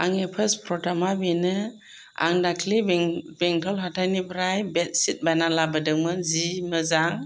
आंनि फार्स्ट प्रडाक्टआ बेनो आं दाख्लै बेंथल हाथाइनिफ्राय बेडसिट बायना लाबोदोंमोन जि मोजां